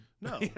No